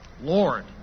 Lord